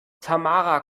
tamara